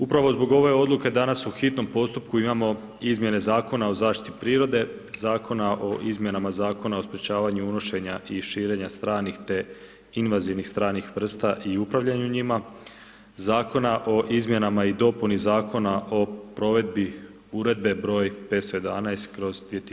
Upravo zbog ove odluke, danas u hitnom postupku imamo izmjene Zakona o zaštiti prirode, Zakona o izmjenama Zakona o sprječavanju unošenja i širenja stranih te invazivnih stranih vrsta i upravljanju njima, Zakona o izmjenama i dopunu Zakona o provedbi Uredbi 511/